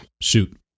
shoot